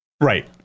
Right